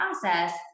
process